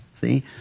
See